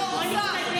יוראי.